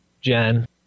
Jen